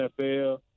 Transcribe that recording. nfl